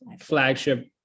flagship